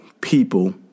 people